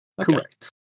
Correct